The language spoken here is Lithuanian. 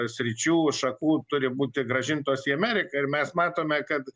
sričių šakų turi būti grąžintos į ameriką ir mes matome kad